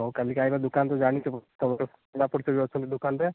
ହଉ କାଲିକି ଆଇବା ଦୋକାନ ତୁ ଜାଣିଥିବୁ ତୋର ତ ଚିହ୍ନା ପରିଚୟ ବି ଅଛନ୍ତି ଦୋକାନ ରେ